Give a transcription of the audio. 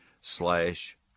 slash